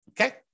okay